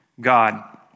God